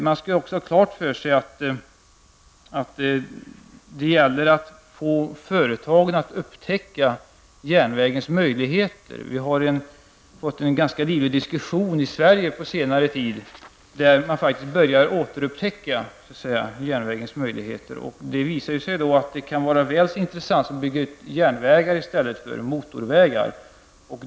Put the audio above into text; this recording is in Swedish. Man skall också ha klart för sig att det gäller att få företagen att upptäcka järnvägens möjligheter, Vi har fått en ganska livlig diskussion i Sverige på senare tid, där man faktiskt börjar återupptäcka järnvägens möjligheter. Det visar sig då att det kan vara väl så intressant att bygga ut järnvägar som motorvägar.